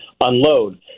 unload